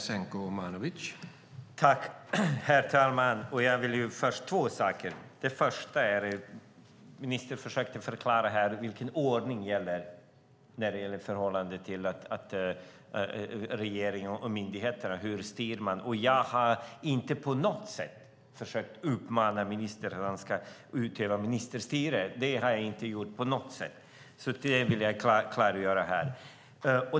Herr talman! Jag vill två saker. Den första beror på att ministern försökte förklara vilken ordning som gäller för hur regeringen och myndigheterna styr. Jag har inte på något sätt försökt uppmana ministern att utöva ministerstyre. Det har jag inte gjort på något sätt. Det vill jag klargöra här.